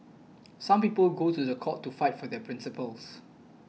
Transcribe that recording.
some people go to the court to fight for their principles